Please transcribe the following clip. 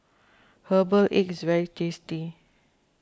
Herbal Egg is very tasty